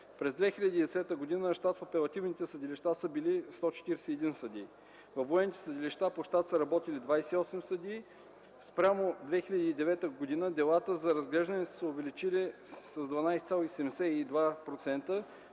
През 2010 г. на щат в апелативните съдилища са били 141 съдии. Във военните съдилища по щат са работили 28 съдии. Спрямо 2009 г. делата за разглеждане са се увеличили с 12,72%,